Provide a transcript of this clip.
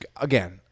again